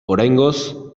oraingoz